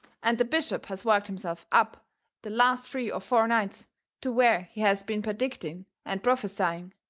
and the bishop has worked himself up the last three or four nights to where he has been perdicting and prophesying,